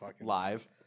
live